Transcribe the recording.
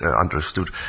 understood